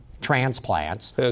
transplants